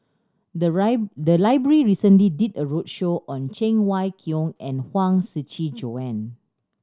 the the library recently did a roadshow on Cheng Wai Keung and Huang Shiqi Joan